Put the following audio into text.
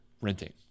renting